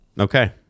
Okay